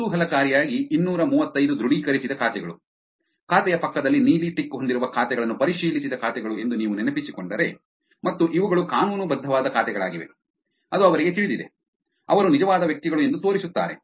ಕುತೂಹಲಕಾರಿಯಾಗಿ ಇನ್ನೂರ ಮೂವತ್ತೈದು ದೃಢೀಕರಿಸಿದ ಖಾತೆಗಳು ಖಾತೆಯ ಪಕ್ಕದಲ್ಲಿ ನೀಲಿ ಟಿಕ್ ಹೊಂದಿರುವ ಖಾತೆಗಳನ್ನು ಪರಿಶೀಲಿಸಿದ ಖಾತೆಗಳು ಎಂದು ನೀವು ನೆನಪಿಸಿಕೊಂಡರೆ ಮತ್ತು ಇವುಗಳು ಕಾನೂನುಬದ್ಧವಾದ ಖಾತೆಗಳಾಗಿವೆ ಅದು ಅವರಿಗೆ ತಿಳಿದಿದೆ ಅವರು ನಿಜವಾದ ವ್ಯಕ್ತಿಗಳು ಎಂದು ತೋರಿಸುತ್ತಾರೆ